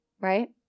right